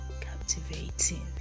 captivating